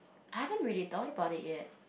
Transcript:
I haven't really thought about it yet